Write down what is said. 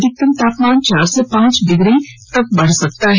अधिकतम तापमान चार से पांच डिग्री बढ़ सकता है